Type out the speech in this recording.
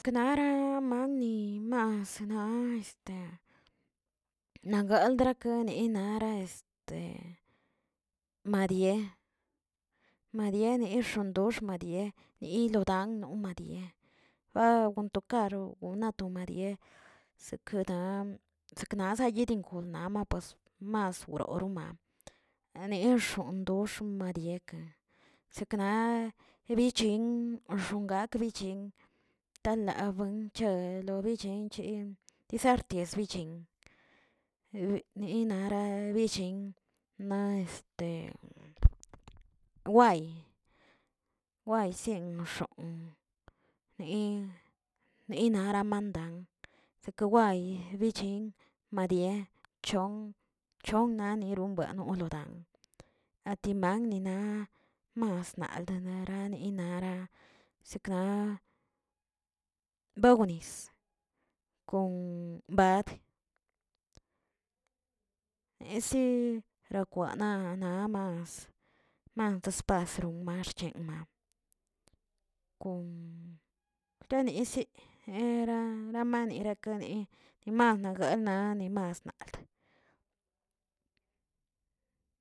Nara mani masna este nangalkrate nara este nadie nadie noxondox nadie nolodian nimadie wan wantokaro gonato marie sekedan seknazi yidugun nama pues mas wroroma, nanexondox m'dieke sekna ebichin xongak bichin, talabuen chi guelobichenchi disarti bichin bi nara billinꞌ naꞌ este way way sen uxon ni ninaramandan sekeway bichin nadie chon chon narirubuen lo dan atimang nina mas nolda narinaraꞌ sekna bewnis, kon bad, esi rakwana naamas mas spasron marchen mann kon danessi nera neramanenikani nimanna gonnaꞌ nasmald.